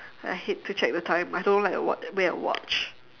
I hate to check the time I don't like a wat~ to wear a watch